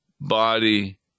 body